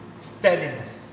Steadiness